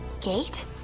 Gate